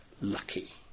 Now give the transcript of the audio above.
lucky